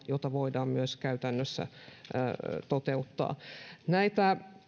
jota voidaan myös käytännössä toteuttaa näitä